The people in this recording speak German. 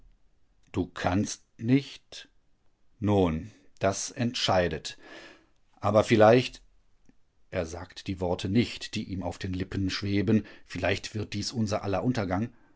du kannst nicht nun das entscheidet aber vielleicht er sagt die worte nicht die ihm auf den lippen schweben vielleicht wird dies unser aller untergang